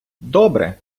добре